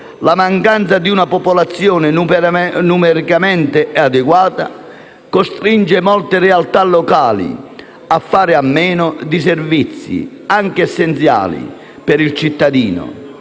la mancanza di una popolazione numericamente adeguata costringe molte realtà locali a fare a meno di servizi, anche essenziali, per il cittadino.